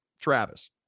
Travis